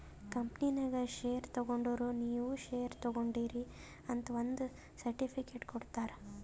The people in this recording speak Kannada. ಕಂಪನಿನಾಗ್ ಶೇರ್ ತಗೊಂಡುರ್ ನೀವೂ ಶೇರ್ ತಗೊಂಡೀರ್ ಅಂತ್ ಒಂದ್ ಸರ್ಟಿಫಿಕೇಟ್ ಕೊಡ್ತಾರ್